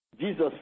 Jesus